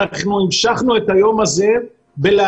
אנחנו המשכנו את היום הזה בלהשלים,